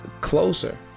closer